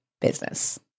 business